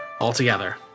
altogether